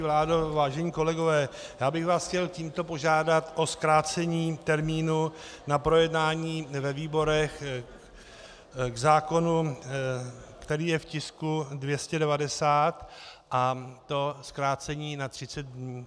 Vládo, vážení kolegové, já bych vás chtěl tímto požádat o zkrácení termínu na projednání ve výborech k zákonu, který je v tisku 290, a to zkrácení na 30 dnů.